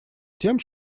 тем